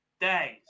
days